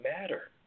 matter